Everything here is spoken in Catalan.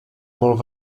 molt